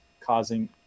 causing –